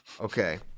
Okay